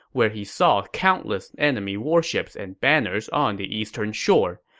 where he saw countless enemy warships and banners on the eastern shore.